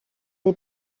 est